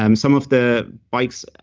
um some of the bikes,